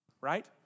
right